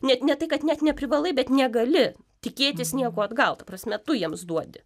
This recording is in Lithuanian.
net ne tai kad net neprivalai bet negali tikėtis nieko atgal ta prasme tu jiems duodi